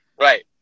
right